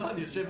ראו את זה